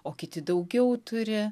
o kiti daugiau turi